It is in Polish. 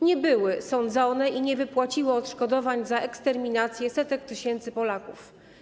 Nie były sądzone i nie wypłaciły odszkodowań za eksterminację setek tysięcy Polaków.